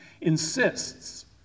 insists